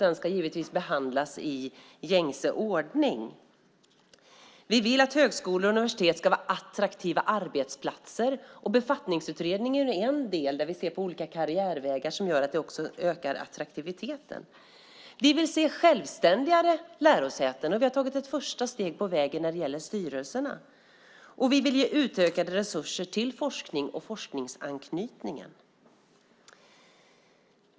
Den ska givetvis behandlas i gängse ordning. Vi vill att högskolor och universitet ska vara attraktiva arbetsplatser. Befattningsutredningen är en del där vi ser på olika karriärvägar som ökar attraktiviteten. Vi vill se självständigare lärosäten. Vi har tagit ett första steg på vägen när det gäller styrelserna. Och vi vill ge utökade resurser till forskning och forskningsanknytningen.